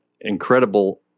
incredible